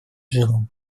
жену